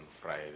Friday